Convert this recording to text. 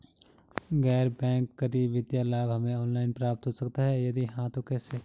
गैर बैंक करी वित्तीय लाभ हमें ऑनलाइन प्राप्त हो सकता है यदि हाँ तो कैसे?